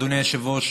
אדוני היושב-ראש,